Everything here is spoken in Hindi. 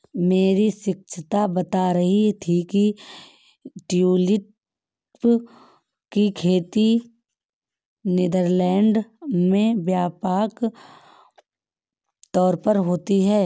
मेरी शिक्षिका बता रही थी कि ट्यूलिप की खेती नीदरलैंड में व्यापक तौर पर होती है